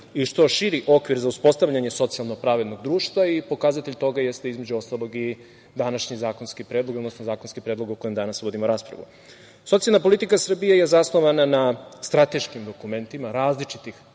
i što širi okvir za uspostavljanje socijalno pravednog društva. Pokazatelj toga jeste, između ostalog, i današnji zakonski predlog, odnosno zakonski predlog o kojem danas vodimo raspravu. Socijalna politika Srbije je zasnovana na strateškim dokumentima različitih